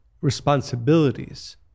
responsibilities